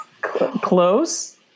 Close